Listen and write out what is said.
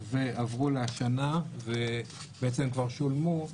ועברו לשנה הנוכחית ובעצם כבר שולמו,